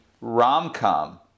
rom-com